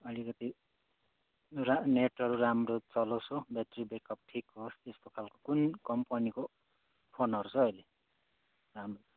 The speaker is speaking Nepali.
अलिकति रा नेटहरू राम्रो चलोस् हो ब्याट्री ब्याकअप ठिक होस् त्यस्तो कुन कम्पनीको फोनहरू छ ह हौ अहिले राम्रो